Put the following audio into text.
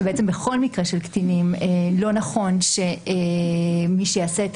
שבכל מקרה של קטינים לא נכון שמי שיעשה את